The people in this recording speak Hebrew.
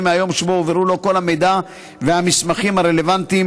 מהיום שבו הועברו לו כל המידע והמסמכים הרלוונטיים,